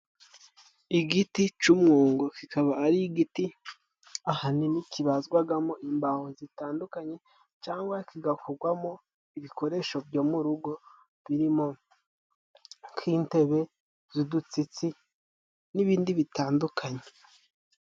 Igiti c'umwungo kikaba ari igiti ahanini kibazwagamo imbaho zitandukanye, cangwa kigakogwamo ibikoresho byo mu rugo birimo nk'intebe z'udutsitsi n'ibindi bitandukanye.